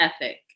ethic